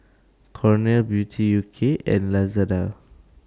Cornell Beauty U K and Lazada